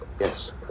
yes